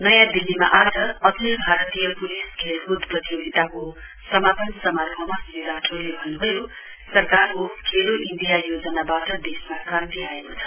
नयाँ दिल्लीमा आज आखिल भारतीय पुलिस खेलकूद प्रतियोगिताको समापन समारोहमा श्री राठोरले भन्नुभयो सरकारको खेलो इण्डिया योजनाबाट देशमा क्रान्ति आएको छ